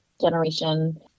generation